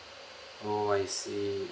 oh I see